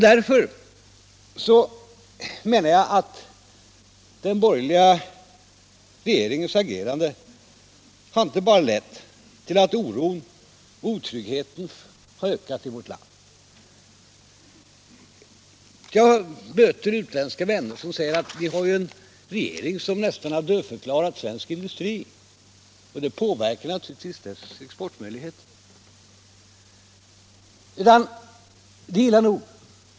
Därför menar jag att den borgerliga regeringens agerande inte bara har lett till att oron och otryggheten har ökat i vårt land. Jag möter utlänningar som säger att vi har en regering som nästan har dödförklarat svensk industri, och det påverkar naturligtvis dess exportmöjligheter. Det är illa nog.